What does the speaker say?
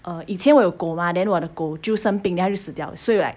uh 以前我有狗 mah then 我的狗就生病 then 它就死掉了 so like